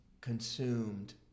consumed